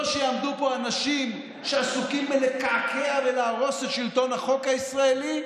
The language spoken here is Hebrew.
לא שיעמדו פה אנשים שעסוקים בלקעקע ולהרוס את שלטון החוק הישראלי,